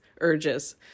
urges